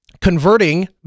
converting